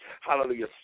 Hallelujah